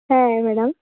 হ্যাঁ ম্যাডাম